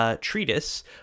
treatise